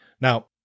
Now